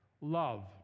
love